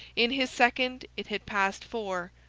in his second it had passed four.